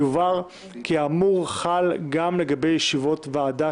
יובהר כי האמור חל גם לגבי ישיבות ועדה